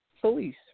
police